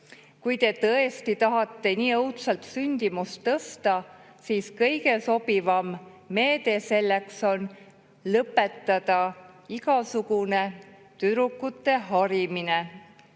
kui te tõesti tahate nii õudselt sündimust tõsta, siis kõige sobivam meede selleks on lõpetada igasugune tüdrukute harimine,